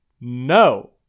No